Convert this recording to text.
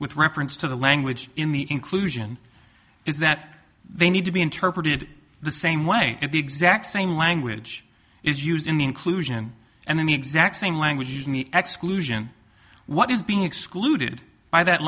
with reference to the language in the inclusion is that they need to be interpreted the same way at the exact same language is used in inclusion and in the exact same language use me exclamation what is being excluded by that